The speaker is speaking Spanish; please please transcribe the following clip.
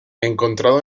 encontrado